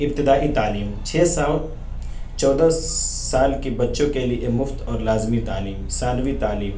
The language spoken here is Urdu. ابتدائی تعلیم چھ سو چودہ سال کی بچّوں کے لیے مفت اور لازمی تعلیم ثانوی تعلیم